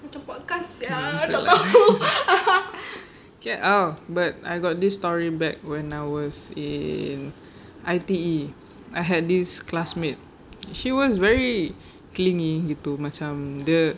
hmm tu lah get out but I got this story back when I was in I_T_E I had this classmate she was very clingy gitu macam dia